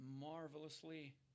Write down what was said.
marvelously